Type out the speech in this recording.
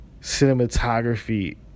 cinematography